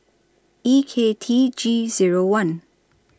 E K T G Zero one